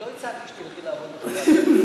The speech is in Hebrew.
לא הצעתי לה לעבוד בחברת "הוט".